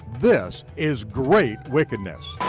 this is great wickedness.